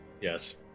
Yes